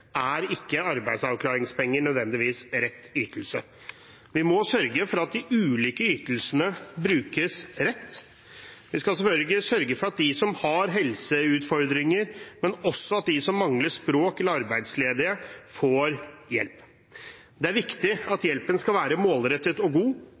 er ikke arbeidsavklaringspenger nødvendigvis rett ytelse. Vi må sørge for at de ulike ytelsene brukes rett. Vi skal selvfølgelig sørge for at de som har helseutfordringer, men også de som mangler språk eller er arbeidsledige, får hjelp. Det er viktig at